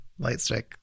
lightstick